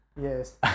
Yes